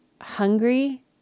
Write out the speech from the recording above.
hungry